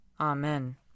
Amen